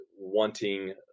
wanting